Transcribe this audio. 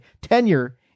tenure